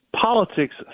politics